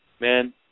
Man